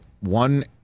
one